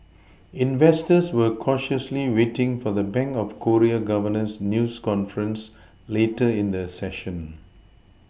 investors were cautiously waiting for the bank of Korea governor's news conference later in the session